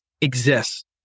exist